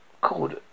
called